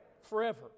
Forever